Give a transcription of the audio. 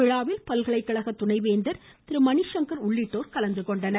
விழாவில் பல்கலைக்கழக துணைவேந்தர் மணிசங்கர் உள்ளிட்டோர் கலந்துகொண்டனர்